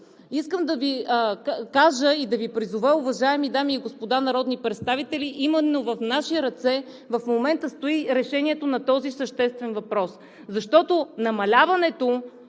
Искам да Ви кажа и да Ви призова, уважаеми дами и господа народни представители, че именно в наши ръце в момента стои решението на този съществен въпрос. Защото това